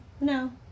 No